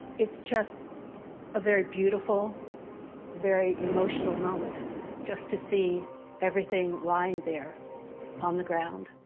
it's just a very beautiful very emotional moment just to see everything lying there on the ground